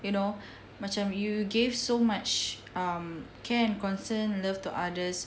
you know macam you gave so much um care and concern love to others